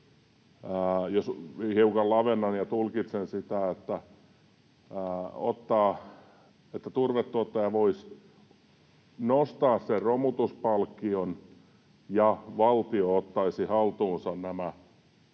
jos hiukan lavennan ja tulkitsen sitä — että turvetuottaja voisi nostaa sen romutuspalkkion ja valtio ottaisi haltuunsa nämä